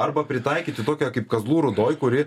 arba pritaikyti tokią kaip kazlų rūdoj kuri